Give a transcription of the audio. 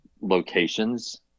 locations